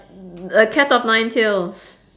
a cat of nine tails